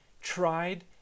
tried